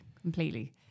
completely